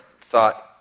thought